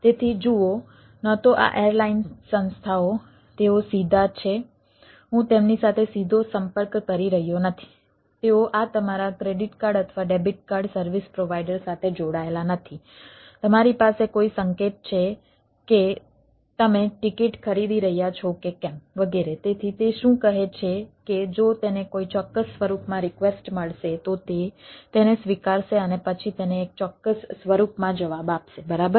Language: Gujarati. તેથી તે શું કહે છે કે જો તેને કોઈ ચોક્કસ સ્વરૂપમાં રિક્વેસ્ટ મળશે તો તે તેને સ્વીકારશે અને પછી તેને એક ચોક્કસ સ્વરૂપમાં જવાબ આપશે બરાબર